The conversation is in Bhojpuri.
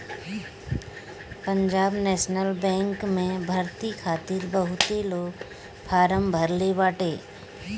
पंजाब नेशनल बैंक में भर्ती खातिर बहुते लोग फारम भरले बाटे